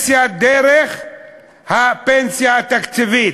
בפנסיה דרך הפנסיה התקציבית.